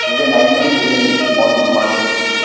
مجھے نائٹ میں ہی مال گھما دیں گے